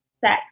sex